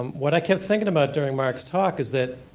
um what i kept thinking about during mark's talk is that